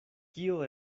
kio